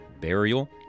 burial